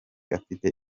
afite